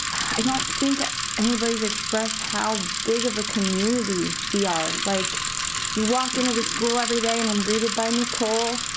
i don't think anybody's expressed how big of a community we are. like you walk into the school everyday and i'm greeted by nicole.